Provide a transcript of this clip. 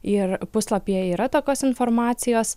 ir puslapyje yra tokios informacijos